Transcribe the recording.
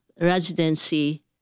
residency